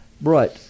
Right